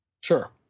Sure